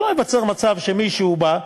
שלא ייווצר מצב שמישהו בא,